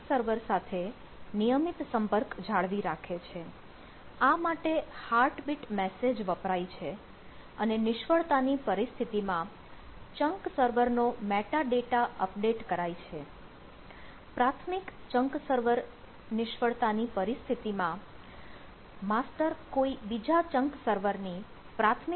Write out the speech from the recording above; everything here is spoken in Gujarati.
હવે જોઈએ google file system માં fault tolerance અહીં માસ્ટર એ ચંક સર્વર મૅટાડેટા જણાવશે કે તે સર્વર નિષ્ફળ છે